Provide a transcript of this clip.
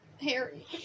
Harry